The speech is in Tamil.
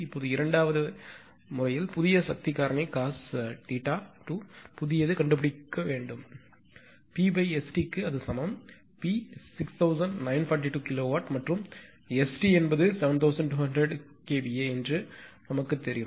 இப்போது இரண்டாவது முறையில் புதிய சக்தி காரணி cos 2 புதியது கண்டுபிடிக்க முடியும் PST க்கு சமம் P 6942 கிலோவாட் மற்றும் ST என்பது 7200 kVA என்று நமக்குத் தெரியும்